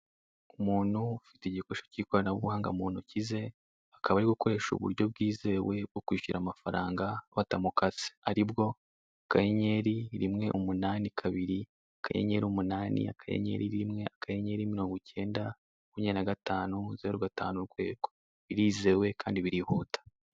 Umuntu ufite igikoresho cy'ikoranabuhanga mu ntoki ze, akaba ari gukoresha uburyo bwizewe bwo kwishyura amafaranga batamukase, aribwo akanyenyeri rimwe umunani kabiri, akanyenyeri umunani, akanyenyeri rimwe, akanyenyeri mirongo icyenda makumyabiri na gatanu zero gatanu urwego, birizewe kandi birihuta.